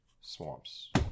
swamps